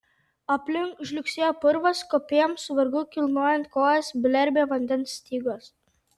aplink žliugsėjo purvas kopėjams su vargu kilnojant kojas blerbė vandens stygos